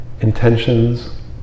Intentions